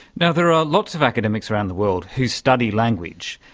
and there are lots of academics around the world who study language.